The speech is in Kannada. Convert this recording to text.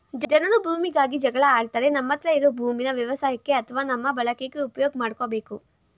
ಜನರು ಭೂಮಿಗಾಗಿ ಜಗಳ ಆಡ್ತಾರೆ ನಮ್ಮತ್ರ ಇರೋ ಭೂಮೀನ ವ್ಯವಸಾಯಕ್ಕೆ ಅತ್ವ ನಮ್ಮ ಬಳಕೆಗೆ ಉಪ್ಯೋಗ್ ಮಾಡ್ಕೋಬೇಕು